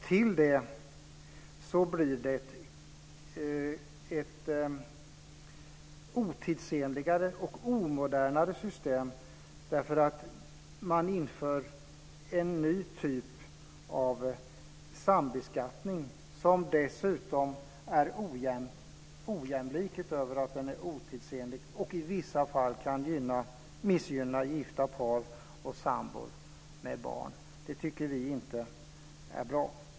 Till det så blir det ett otidsenligare och omodernare system, därför att man inför en ny typ av sambeskattning som dessutom är ojämlik och i vissa fall kan missgynna gifta par och sambor med barn. Det tycker vi inte är bra.